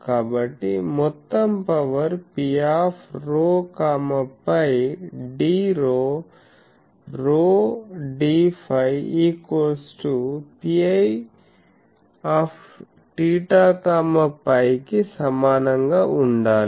కాబట్టి మొత్తం power Pρ φdρρ dφPiθ φకు సమానంగా ఉండాలి